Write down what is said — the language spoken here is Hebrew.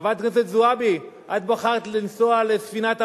חברת הכנסת זועבי, את בחרת לנסוע לספינת ה"מרמרה",